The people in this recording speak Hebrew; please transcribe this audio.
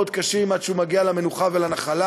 קשים עד שהוא מגיע אל המנוחה והנחלה.